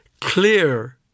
clear